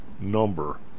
number